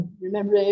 remember